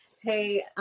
hey